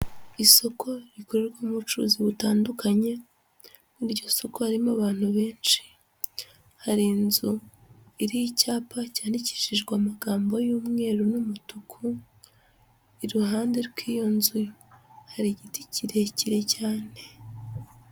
Isoko rikorerwamo ubucuruzi butandukanye, muri iryo soko harimo abantu benshi. Hari inzu iriho icyapa cyandikishijwe amagambo y'umweru n'umutuku, iruhande rw'iyo nzu hari igiti kirekire cyane.